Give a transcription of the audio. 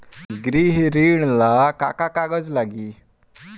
गृह ऋण ला का का कागज लागी?